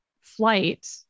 flight